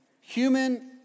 human